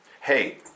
Hey